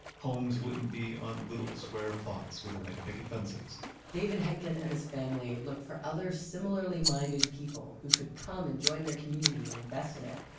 homes wouldn't be on little square plots with white picket fences david henken and his family looked for other, similarly-minded people who could come and join their community and invest in it.